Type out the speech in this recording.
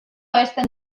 abesten